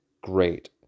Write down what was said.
great